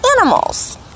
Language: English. animals